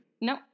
No